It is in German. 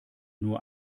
nur